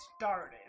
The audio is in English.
started